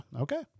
okay